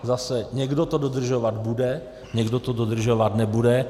Zase, někdo to dodržovat bude, někdo to dodržovat nebude.